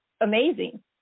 amazing